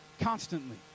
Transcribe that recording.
constantly